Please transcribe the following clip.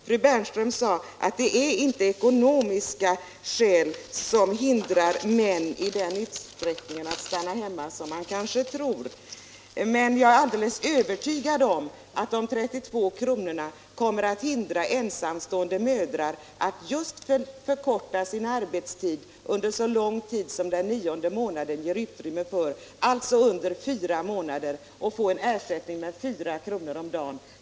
Fru Bernström sade att det inte i så stor utsträckning som man kanske tror är ekonomiska skäl som hindrar männen från att stanna hemma. Jag är dock helt övertygad om att de 32 kronorna kommer att hindra ensamstående mödrar från att förkorta sin arbetstid under så lång tid som den nionde månaden ger utrymme för, alltså under fyra månader, och få en ersättning med 4 kr. i timman.